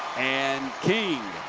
and king.